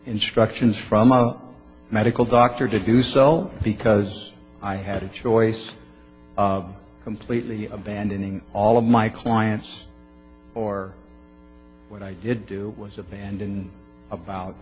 instructions from a medical doctor to do so because i had a choice of completely abandoning all of my clients or what i did do was abandoned about